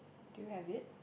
do you have it